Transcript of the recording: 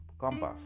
compass